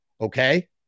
Okay